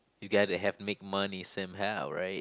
you got to have make money somehow right